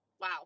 wow